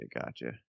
gotcha